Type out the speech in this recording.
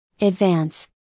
Advance